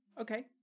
okay